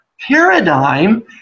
paradigm